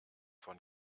von